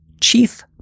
chief